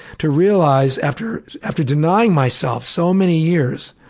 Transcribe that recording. to realize after after denying myself so many years